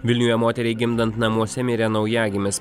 vilniuje moteriai gimdant namuose mirė naujagimis